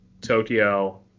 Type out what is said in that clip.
Tokyo